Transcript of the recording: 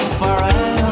forever